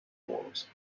wars